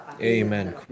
Amen